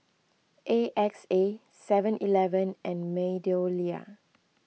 A X A Seven Eleven and MeadowLea